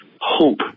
hope